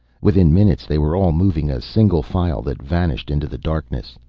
within minutes they were all moving, a single file that vanished into the darkness.